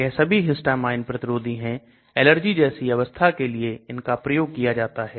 यह सभी Histamine प्रतिरोधी है एलर्जी जैसी अवस्था के लिए इनका प्रयोग किया जाता है